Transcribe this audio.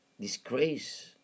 disgrace